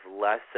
less